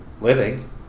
living